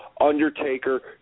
Undertaker